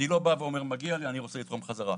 אני לא בא ואומר - מגיע לי, אני רוצה לתרום חזרה.